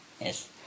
yes